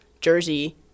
jersey